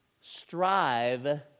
strive